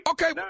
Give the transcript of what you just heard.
Okay